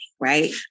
Right